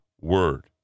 word